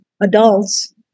adults